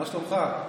מה שלומך?